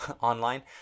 online